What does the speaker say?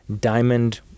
diamond